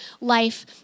life